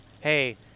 hey